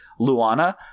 Luana